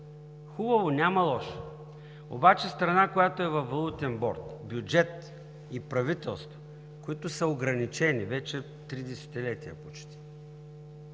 Хубаво, няма лошо. Обаче страна, която е във валутен борд, бюджет и правителство, които са ограничени във финансирането